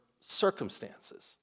circumstances